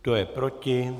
Kdo je proti?